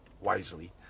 wisely